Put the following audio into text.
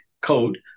code